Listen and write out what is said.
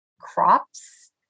crops